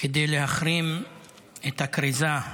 כדי להחרים את הכריזה,